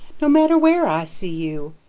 no matter where i see you.